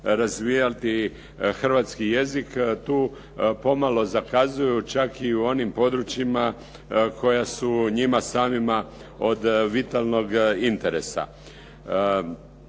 razvijati hrvatski jezik tu pomalo zakazuju čak i u onim područjima koja su njima samima od vitalnog interesa.